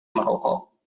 merokok